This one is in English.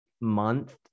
month